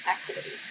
activities